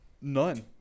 None